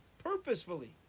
Purposefully